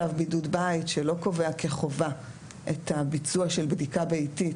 צו בידוד בית שלא קובע כחובה את הביצוע של בדיקה ביתית,